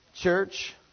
church